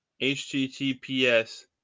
https